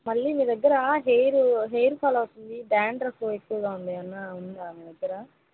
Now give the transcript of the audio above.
మళ్ళీ మీ దగ్గర హెయిర్ హెయిర్ ఫాల్ అవుతుంది డ్యాండ్రఫ్ ఎక్కువగా ఉంది ఏమైనా ఉందా మీ దగ్గర